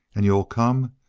and you'll come?